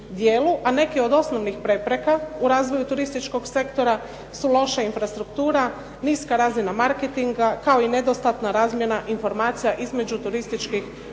a neke od osnovnih prepreka u razvoju turističkog sektora su loša infrastruktura, niska razina marketinga kao i nedostatna razmjena informacija između turističkih